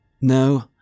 No